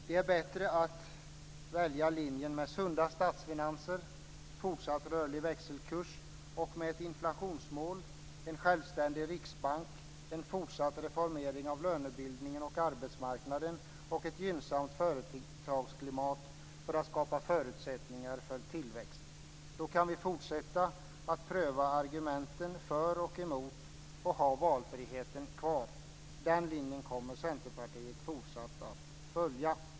Det är bättre att välja linjen med sunda statsfinanser, fortsatt rörlig växelkurs, ett inflationsmål, en självständig riksbank, en fortsatt reformering av lönebildningen och arbetsmarknaden och ett gynnsamt företagsklimat för att skapa förutsättningar för tillväxt. Då kan vi fortsätta att pröva argumenten för och emot och ha valfriheten kvar. Den linjen kommer Centerpartiet fortsatt att följa.